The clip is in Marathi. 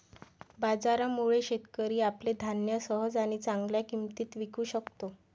बाजारामुळे, शेतकरी आपले धान्य सहज आणि चांगल्या किंमतीत विकू शकतो